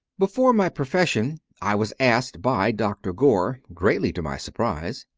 before my profession i was asked by dr. gore, greatly to my surprise,